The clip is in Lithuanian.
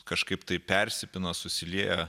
kažkaip tai persipina susilieja